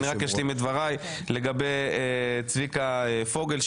אני רק אשלים את דבריי לגבי צביקה פוגל.